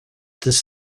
this